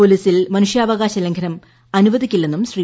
പോലീസിൽ മനുഷ്യാവകാശ ലംഘനം അനുവദിക്കില്ലെന്നും ശ്രീ